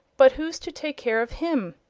but who's to take care of him?